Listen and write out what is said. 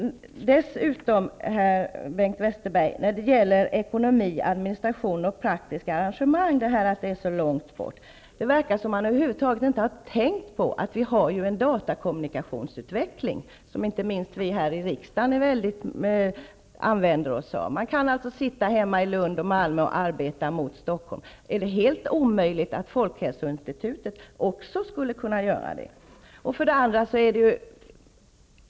Dessutom vill jag säga, Bengt Westerberg, att när man beträffande administration och praktiska arrangemang säger att orterna ligger så långt bort verkar det som om han över huvud taget inte har tänkt på att det finns en datakommunikationsutveckling, som inte minst vi här i riksdagen använder oss av. Man kan alltså sitta hemma i Lund eller Malmö och arbeta mot Stockholm. Är det helt omöjligt att också folkhälsoinstitutet skulle kunna göra på det sättet?